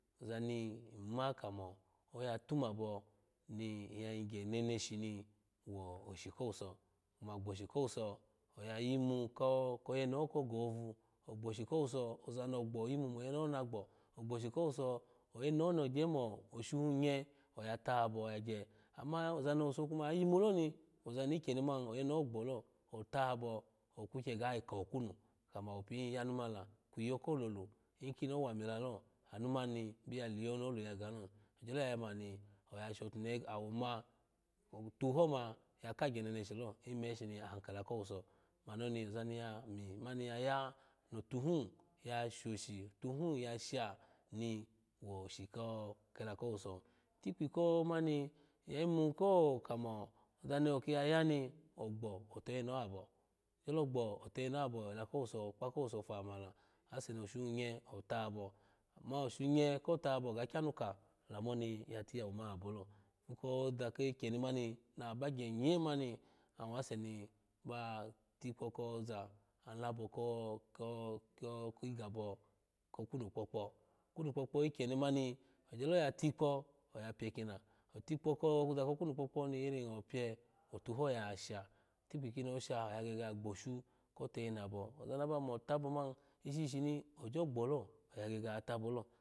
Oza ni ima kumo oyatumubo niya yigye neneshi mi woshi kowuso koma gboshi kowoso aya yimu ko ka yeneho ko gohobo gboshi kowsu oza nigbo oyimu shoyenho magbo ogbshi kowuso oyene ho ni gye mo oshuhinye ayu tahato koma yagye amu oza mi owuso kuma ya yimu lo mi oza ni ikyemuni gbolo otahaho okyiye gayi ka okunu kamawo pi yanu mimila iyokololu ikini owami lolo anomani obiya liyo ni du ya gamilo ogyolo ya yamu ni awo ma atuhoma ya kagy meneshi lo em shimi aha kela kowuso mani oni yu ni atuhi ya shoshi atuhi ya sha ni woshi ko kala komuso tikpi komani yayimu ko kela kowuso tikpi komani yayimu ka kamo oza ni oki ya yani wo agbo otoyeneho abo ogyolo ya yani wo agbo otoyeneho abo ogyolo gbo otoyeneho abo da kowuso okpa kowuso faha manla ashe ni oshuhi nye otubo ama oshunye ko tubo oga ogyanu ka olamo ni ya tiyawu mani abo ikpukozo kikiyemi mami mu bagye nyu mni awase niba tikpo koza alabo ko ko ko kigabo ko kwunu kpokpo kwunu kpokpo ikyeni mani ogyoto ya tikpo aya piye kina otikpo kozo kwunu kpokpo iri ni opiye atuho yu sha ikpi ko ni osha oya gebe ya ghoshu ko toyene abo oza ni amo tubo mami ishi shishi ogyolo gbolo aya gege ya tabolo